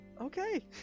Okay